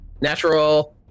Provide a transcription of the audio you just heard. Natural